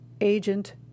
agent